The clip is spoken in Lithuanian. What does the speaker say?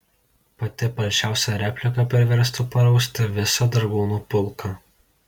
pati palšiausia replika priverstų parausti visą dragūnų pulką